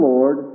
Lord